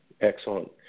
Excellent